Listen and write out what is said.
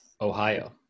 Ohio